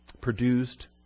produced